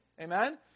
amen